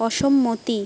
অসম্মতি